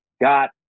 got